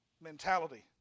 mentality